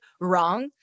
wrong